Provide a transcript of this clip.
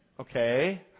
Okay